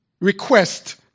request